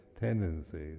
tendencies